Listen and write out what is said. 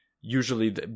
usually